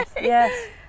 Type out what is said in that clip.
yes